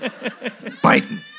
Biden